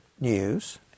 news